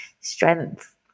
strength